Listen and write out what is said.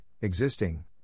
existing